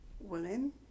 women